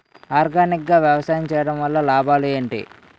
Organic గా వ్యవసాయం చేయడం వల్ల లాభాలు ఏంటి?